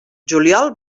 juliol